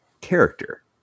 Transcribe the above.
character